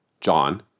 John